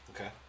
Okay